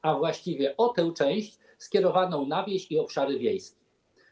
Chodzi właściwie o tę część skierowaną na wieś i obszary wiejskie.